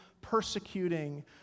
persecuting